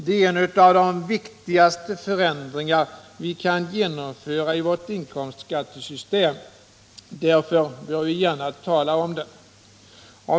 Det är en av de viktigaste förändringar som vi kan genomföra i vårt inkomstskattesystem, och därför bör vi gärna tala om den.